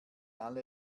alle